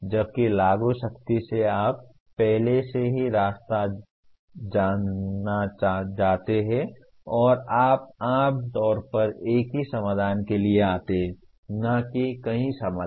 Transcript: जबकि लागू सख्ती से आप पहले से ही रास्ता जाना जाता है और आप आम तौर पर एक ही समाधान के लिए आते हैं न कि कई समाधान